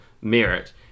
merit